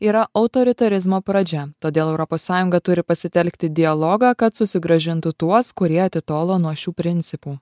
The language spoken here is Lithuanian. yra autoritarizmo pradžia todėl europos sąjunga turi pasitelkti dialogą kad susigrąžintų tuos kurie atitolo nuo šių principų